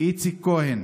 איציק כהן,